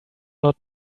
lot